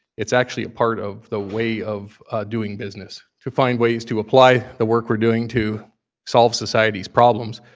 it's actually a part of the way of doing business. to find ways to apply the work we're doing to solve society's problems